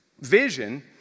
vision